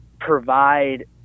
provide